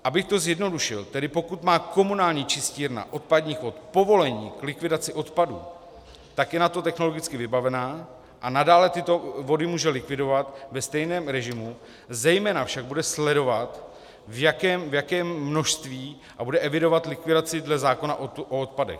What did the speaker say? Abych to zjednodušil: Pokud má komunální čistírna odpadních vod povolení k likvidaci odpadů, tak je na to technologicky vybavená a nadále tyto vody může likvidovat ve stejném režimu, zejména však bude sledovat, v jakém množství, a bude evidovat likvidaci dle zákona o odpadech.